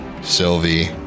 Sylvie